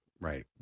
right